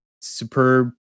superb